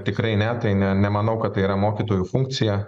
tikrai ne tai ne nemanau kad tai yra mokytojų funkcija